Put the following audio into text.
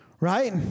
right